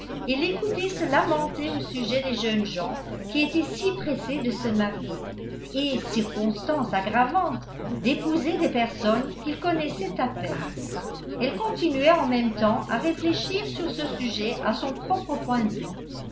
et l'écouter se lamenter au sujet des jeunes gens qui étaient si pressés de se marier et circonstance aggravante d'épouser des personnes qu'ils connaissaient à peine elle continuait en même temps à réfléchir sur ce sujet à son propre point de vue